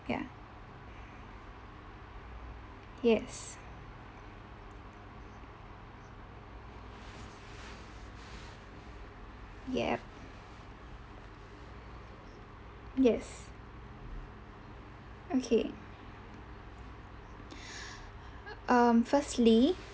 ya yes yup yes okay um firstly